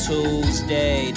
Tuesday